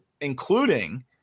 including